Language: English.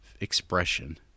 expression